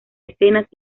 escenas